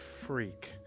Freak